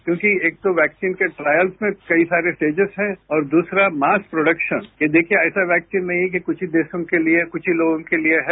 क्योंकि एक तो वैक्सीन के ट्रायल में कई सारे स्टेजिज हैं और दूसरा मास्क प्रोडक्शन ये देखिये ये ऐसा वैक्सीन नहीं है कि कुछ ही देशों के लिए कुछ ही लोगों के लिए है